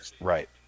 Right